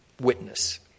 witness